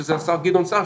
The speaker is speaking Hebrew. שזה השר גדעון סער,